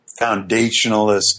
foundationalist